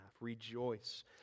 Rejoice